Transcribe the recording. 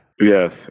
Yes